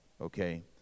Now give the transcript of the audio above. okay